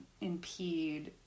impede